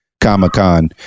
comic-con